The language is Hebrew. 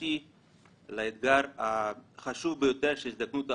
אמיתי לאתגר החשוב ביותר של הזדקנות האוכלוסייה,